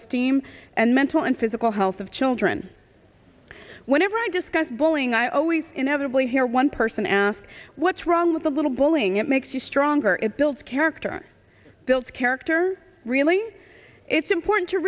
esteem and mental and physical health of children whenever i discuss bullying i always inevitably hear one person ask what's wrong with a little bullying it makes you stronger it builds character builds character really it's important to